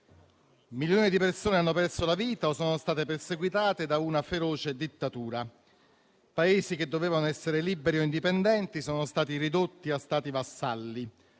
Milioni di persone hanno perso la vita o sono state perseguitate da una feroce dittatura. Paesi che dovevano essere liberi o indipendenti sono stati ridotti a stati vassalli.